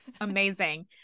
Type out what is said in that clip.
amazing